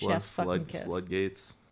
floodgates